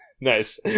Nice